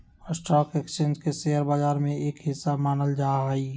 stock exchange के share बाजार के एक हिस्सा मानल जा हई